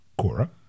Cora